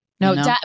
No